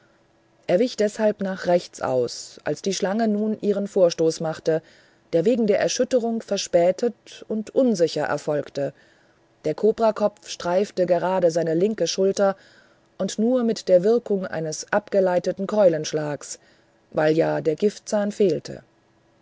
er wich deshalb nach rechts aus als die schlange nun ihren vorstoß machte der wegen der erschütterung verspätet und unsicher erfolgte der kobrakopf streifte gerade seine linke schulter und nur mit der wirkung eines abgleitenden keulenschlages weil ja der giftzahn fehlte